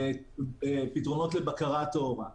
פתרונות לבקרת תאורה,